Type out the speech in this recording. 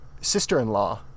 sister-in-law